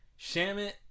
Shamit